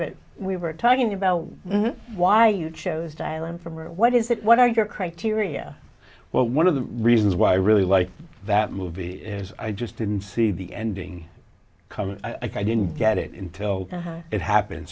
that we were talking about why you chose the island from what is it what are your criteria well one of the reasons why i really like that movie is i just didn't see the ending coming i didn't get it until it happen